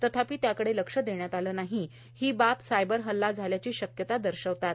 तथापि त्याकडे लक्ष देण्यात आले नाही ही बाब सायबर हल्ला झाल्याची शक्यता दर्शवतात